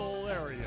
area